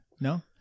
No